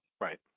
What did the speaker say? right